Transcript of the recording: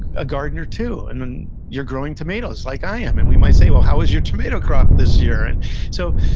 a gardener too, i mean, you're growing tomatoes like i am. and we might say, well, how was your tomato crop this year? and so,